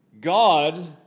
God